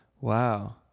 Wow